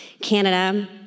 Canada